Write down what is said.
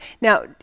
Now